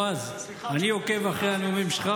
אני עוקב אחרי הנאומים שלך,